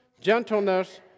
gentleness